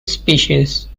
species